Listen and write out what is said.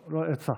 הוא יצא.